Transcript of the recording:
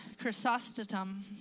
Chrysostom